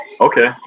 Okay